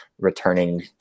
returning